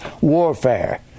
warfare